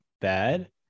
bad